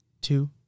two